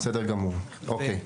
כן.